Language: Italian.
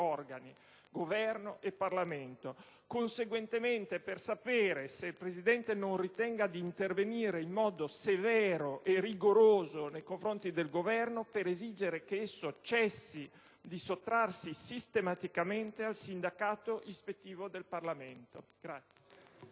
organi, Governo e Parlamento; conseguentemente, far sapere se il Presidente non ritenga di intervenire in modo severo e rigoroso nei confronti del Governo per esigere che esso cessi di sottrarsi sistematicamente al sindacato ispettivo del Parlamento.